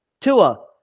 Tua